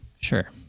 Sure